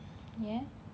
ஏன்:aen